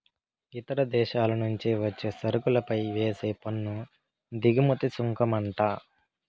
ఇతర దేశాల నుంచి వచ్చే సరుకులపై వేసే పన్ను దిగుమతి సుంకమంట